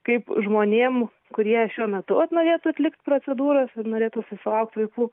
kaip žmonėm kurie šiuo metu ot norėtų atlikt procedūras ir norėtų susilaukt vaikų